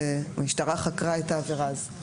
והמשטרה חקרה את העבירה הזאת.